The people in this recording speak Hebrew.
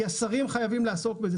כי השרים חייבים לעסוק כזה,